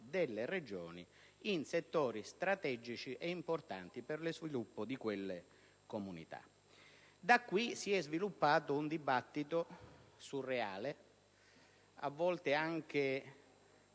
delle Regioni in settori strategici e importanti per lo sviluppo di quelle comunità. Da qui si è sviluppato un dibattito surreale, a volte anche